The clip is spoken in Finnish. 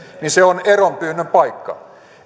niin se on eronpyynnön paikka